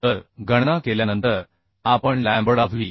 तर गणना केल्यानंतर आपण लॅम्बडा व्ही